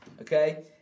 Okay